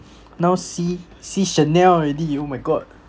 now see see chanel already oh my god